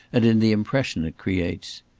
and in the impression it creates.